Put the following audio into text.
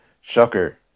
Shocker